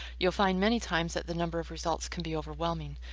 you'll find many times that the number of results can be overwhelming.